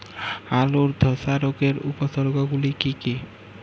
আলুর ধসা রোগের উপসর্গগুলি কি কি?